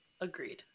agreed